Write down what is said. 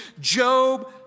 Job